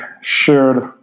shared